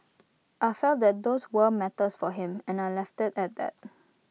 I felt that those were matters for him and I left IT at that